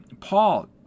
Paul